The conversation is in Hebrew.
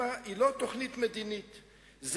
הם צריכים להכיר בנו כמדינה יהודית,